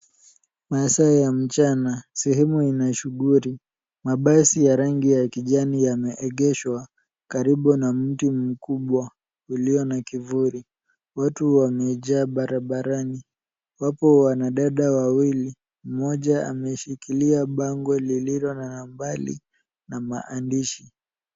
Masaa ya mchana sehemu ina shughuli. Mabasi ya rangi ya kijani yameegeshwa karibu na mti mkubwa ulio na kivuli. Watu wamejaa barabarani. Wapo wanadada wawili, mmoja ameshikilia bango lililo na nambari na maandishi.